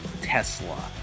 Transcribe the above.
Tesla